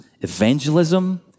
evangelism